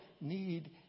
need